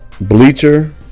Bleacher